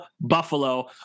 Buffalo